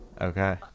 okay